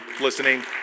listening